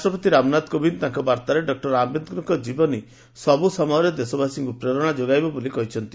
ରାଷ୍ଟ୍ରପତି ରାମନାଥ କୋବିନ୍ଦ ତାଙ୍କ ବାର୍ତ୍ତାରେ ଡକୂର ଆମ୍ଘେଦକରଙ୍କ ଜୀବନୀ ସବୁ ସମୟରେ ଦେଶବାସୀଙ୍କୁ ପ୍ରେରଣା ଯୋଗାଇବ ବୋଲି କହିଛନ୍ତି